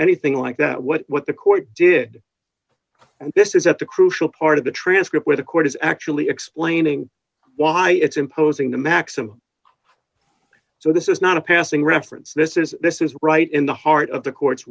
anything like that what the court did and this is at the crucial part of the transcript where the court is actually explaining why it's imposing the maximum so this is not a passing reference this is this is right in the heart of the court